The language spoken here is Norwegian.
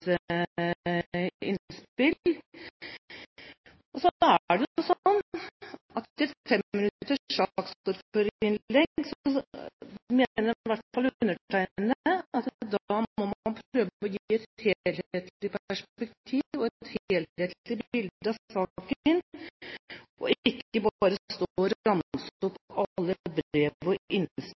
innspill. Så er det jo slik at i et fem minutters saksordførerinnlegg mener i hvert fall undertegnede at man må prøve å gi et helhetlig perspektiv og et helhetlig bilde av saken, ikke bare stå og ramse opp alle brev